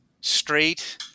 straight